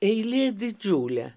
eilė didžiulė